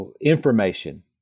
information